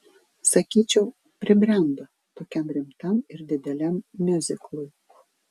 sakyčiau pribrendo tokiam rimtam ir dideliam miuziklui